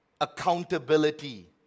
Accountability